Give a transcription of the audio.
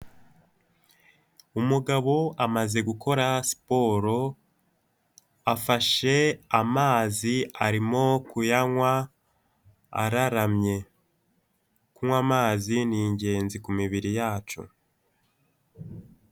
Umugabo amaze gukora siporo afashe amazi arimo kuyanywa araramye, kunywa amazi ni ingenzi ku mibiri yacu.